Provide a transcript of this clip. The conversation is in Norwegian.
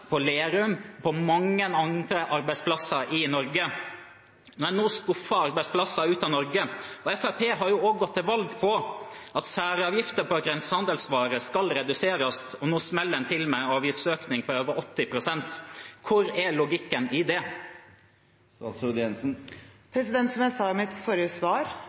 på Lerum – på mange andre arbeidsplasser i Norge. Nå skuffer en arbeidsplasser ut av Norge. Fremskrittspartiet har også gått til valg på at særavgifter på en grensehandelsvare skal reduseres, og nå smeller en til med en avgiftsøkning på over 80 pst. Hvor er logikken i det? Som jeg sa i mitt forrige svar,